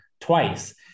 twice